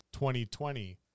2020